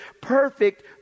perfect